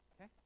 Okay